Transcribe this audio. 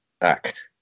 act